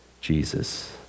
Jesus